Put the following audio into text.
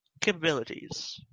capabilities